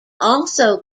also